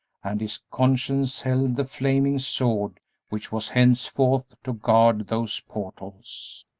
and his conscience held the flaming sword which was henceforth to guard those portals.